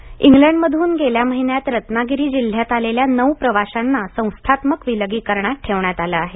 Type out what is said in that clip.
रत्नागिरी इंग्लंडमधून गेल्या महिन्यात रत्नागिरी जिल्ह्यात आलेल्या नऊ प्रवाशांना संस्थात्मक विलगीकरणात ठेवण्यात आलं आहे